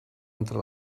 entre